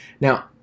Now